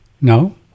No